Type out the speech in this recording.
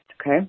okay